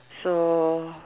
so